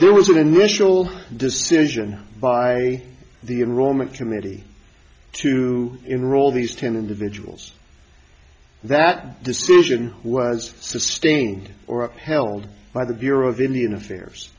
there was an initial decision by the enrollment committee to enroll these ten individuals that decision was sustained or upheld by the bureau of indian affairs